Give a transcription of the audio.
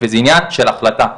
וזה עניין של החלטה.